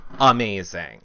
amazing